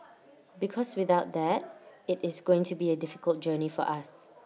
because without that IT is going to be A difficult journey for us